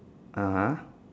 (uh huh)